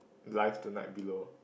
life tonight below